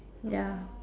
yeah